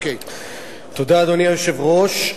אדוני היושב-ראש,